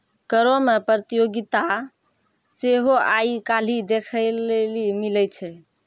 करो मे प्रतियोगिता सेहो आइ काल्हि देखै लेली मिलै छै